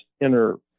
inner